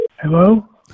Hello